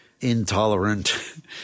intolerant